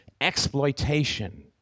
exploitation